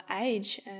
age